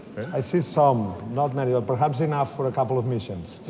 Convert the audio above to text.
i see some. not many. ah perhaps enough for a couple of missions.